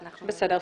בסדר.